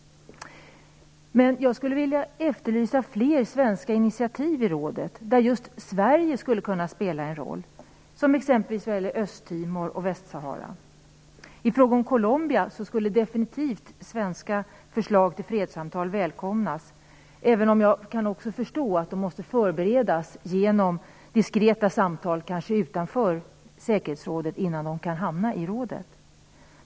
Men jag efterlyser fler initiativ i rådet, där just Sverige skulle kunna spela en roll, exempelvis vad gäller Östtimor och Västsahara. I fråga om Colombia skulle definitivt svenska förslag till fredssamtal välkomnas, även om jag också kan förstå att dessa måste förberedas genom diskreta samtal utanför säkerhetsrådet innan de kan hamna i rådet.